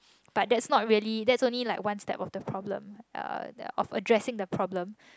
but that's not really that's only like one step of the problem uh of addressing the problem